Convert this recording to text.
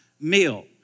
meal